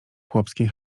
chłopskiej